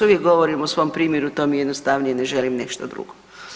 Uvijek govorim o svom primjeru to mi je jednostavnije ne želim nešto drugo.